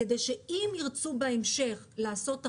כדי שאם ירצו בהמשך לעשות תחנה,